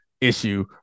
issue